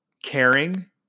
caring